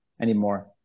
anymore